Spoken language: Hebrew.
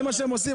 זה מה שהם עושים.